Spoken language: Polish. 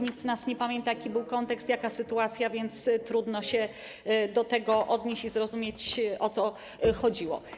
Nikt z nas nie pamięta, jaki był kontekst, jaka była sytuacja, więc trudno się do tego odnieść i zrozumieć, o co chodziło.